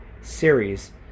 series